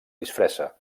disfressa